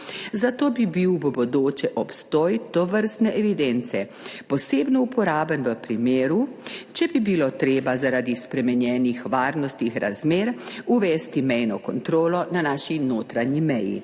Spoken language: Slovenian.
zato bi bil v bodoče obstoj tovrstne evidence posebno uporaben v primeru, če bi bilo treba zaradi spremenjenih varnostnih razmer uvesti mejno kontrolo na naši notranji meji.